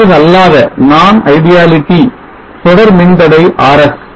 சிறந்ததல்லாத தொடர் மின்தடை RS